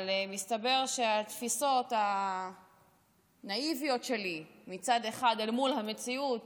אבל מסתבר שהתפיסות הנאיביות שלי מצד אחד אל מול המציאות,